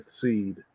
seed